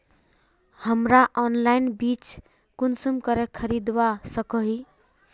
हमरा ऑनलाइन बीज कुंसम करे खरीदवा सको ही?